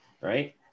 right